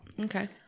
Okay